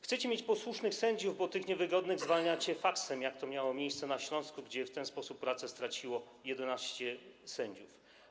Chcecie mieć posłusznych sędziów, bo tych niewygodnych zwalniacie faksem, jak to miało miejsce na Śląsku, gdzie w ten sposób pracę straciło 11 sędziów.